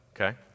Okay